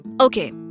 Okay